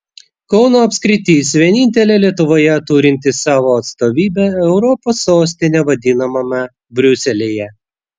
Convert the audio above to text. kauno apskritis vienintelė lietuvoje turinti savo atstovybę europos sostine vadinamame briuselyje